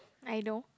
I know